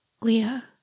Leah